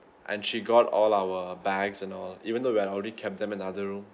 and she got all our bags and all even though we have already kept them in another room